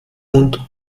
und